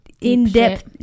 in-depth